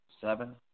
seven